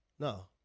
No